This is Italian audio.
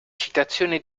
citazione